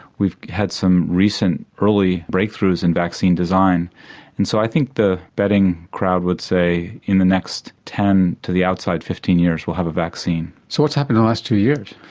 we've had some recent early breakthroughs in vaccine design and so i think the betting crowd would say in the next ten to the outside fifteen years we'll have a vaccine. so what's happened in the last two years?